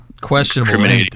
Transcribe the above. questionable